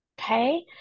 Okay